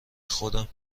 خودم